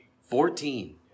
Fourteen